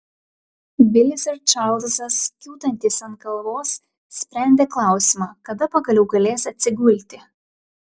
bilis ir čarlzas kiūtantys ant kalvos sprendė klausimą kada pagaliau galės atsigulti